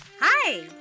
hi